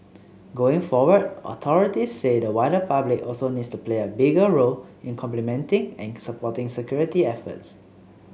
going forward authorities say the wider public also needs to play a bigger role in complementing and supporting security efforts